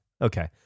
Okay